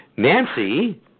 Nancy